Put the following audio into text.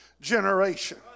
generation